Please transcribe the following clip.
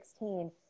2016